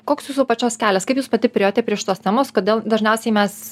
koks jūsų pačios kelias kaip jūs pati priėjote prie šitos temos kodėl dažniausiai mes